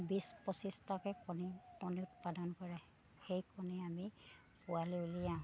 বিছ পঁচিছটাকৈ কণী কণী উৎপাদন কৰে সেই কণী আমি পোৱালি উলিয়াওঁ